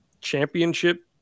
championship